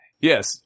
Yes